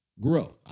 growth